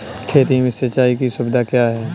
खेती में सिंचाई की सुविधा क्या है?